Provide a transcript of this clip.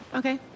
okay